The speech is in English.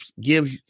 give